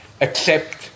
accept